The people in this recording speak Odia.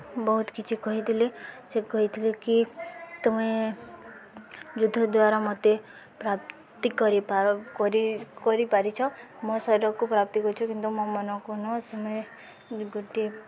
ବହୁତ କିଛି କହିଥିଲେ ସେ କହିଥିଲେ କି ତୁମେ ଯୁଦ୍ଧ ଦ୍ୱାରା ମୋତେ ପ୍ରାପ୍ତି କରିପାର କରି କରିପାରିଛ ମୋ ଶରୀରକୁ ପ୍ରାପ୍ତି କରିଛ କିନ୍ତୁ ମୋ ମନକୁ ନୁହଁ ତୁମେ ଗୋଟିଏ